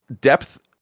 depth